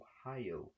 Ohio